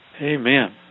Amen